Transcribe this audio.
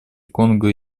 конго